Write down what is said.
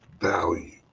value